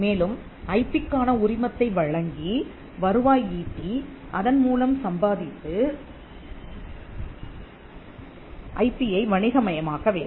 மேலும் ஐபி க்கான உரிமத்தை வழங்கி வருவாய் ஈட்டி அதன்மூலம் சம்பாதித்து ஐபி யை வணிகமயமாக்க வேண்டும்